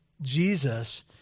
Jesus